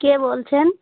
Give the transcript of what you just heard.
কে বলছেন